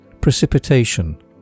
Precipitation